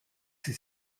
sie